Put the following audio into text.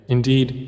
Indeed